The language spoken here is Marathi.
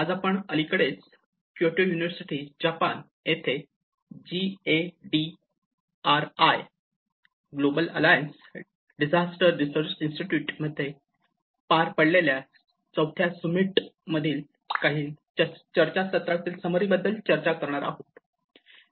आज आपण अलीकडे क्योटो युनिव्हर्सिटी जपान येथील G A D R I Global Alliance Disaster Research Institute मध्ये पार पडलेल्या चौथ्या सुमित मधील काही चर्चासत्रातील समरी बद्दल चर्चा करणार आहोत